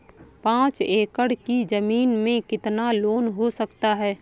पाँच एकड़ की ज़मीन में कितना लोन हो सकता है?